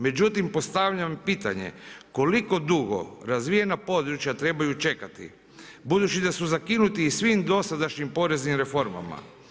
Međutim, postavljam pitanje koliko dugo razvijena područja trebaju čekati budući da su zakinuti i svim dosadašnjim poreznim reformama.